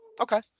Okay